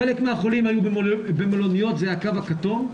חלק מהחולים היו במלוניות, זה הקו הכתום,